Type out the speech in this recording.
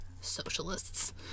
socialists